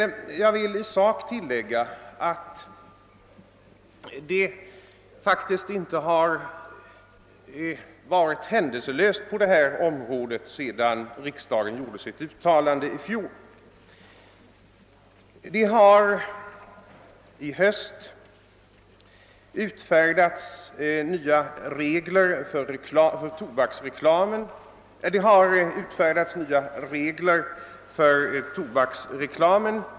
Jag vill i sak tillägga att det faktiskt inte varit händelselöst på detta område sedan riksdagen gjorde sitt uttalande i fjol. Under hösten har nya regler utfärdats för tobaksreklamen.